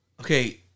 Okay